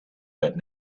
but